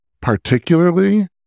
particularly